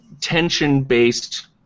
tension-based